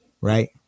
right